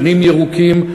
גנים ירוקים,